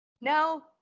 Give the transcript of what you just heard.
no